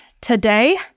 today